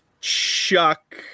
Chuck